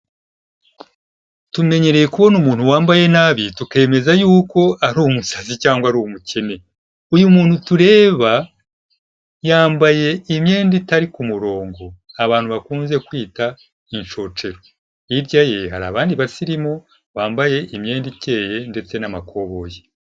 Tumenyereye kubona umuntu wambaye nabi tukemeza yuko ari umusazi cyangwa ari umukene, uyu muntu tureba, yambaye imyenda itari ku murongo, abantu bakunze kwita inshocero, hirya ye hari abandi basirimu bambaye imyenda ikeye ndetse n'amakoboyi.